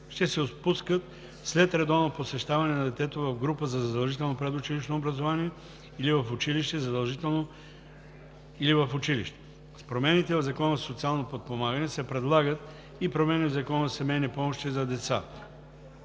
ще се отпускат след редовно посещаване на детето в група за задължително предучилищно образование или в училище. С промените в Закона за социално подпомагане се предлагат и промени в Закона за семейни помощи на деца,